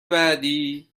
بعدی